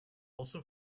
also